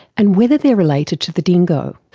and whether they are related to the dingo.